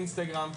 אינסטגרם,